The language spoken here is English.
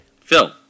Phil